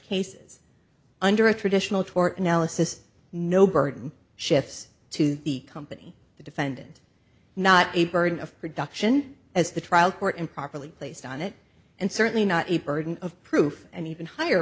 cases under a traditional tort analysis no burden shifts to the company the defendant not a burden of production as the trial court improperly placed on it and certainly not a burden of proof and even higher